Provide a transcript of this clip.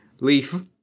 Leaf